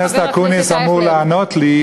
חבר הכנסת אקוניס אמור לענות לי,